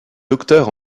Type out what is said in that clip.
docteur